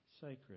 sacred